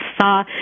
saw